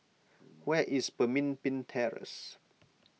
where is Pemimpin Terrace